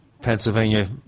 Pennsylvania